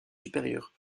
supérieur